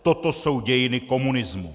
Toto jsou dějiny komunismu.